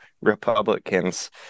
republicans